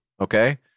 okay